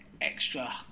extra